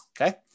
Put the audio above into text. okay